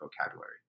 vocabulary